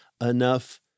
enough